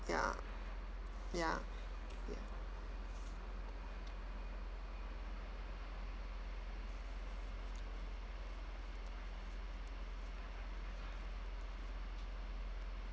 ya ya ya